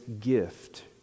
gift